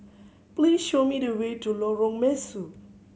please show me the way to Lorong Mesu